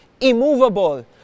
immovable